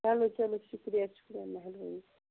چَلو چَلو شُکرِیہ شُکرِیہ مہربٲنی